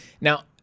Now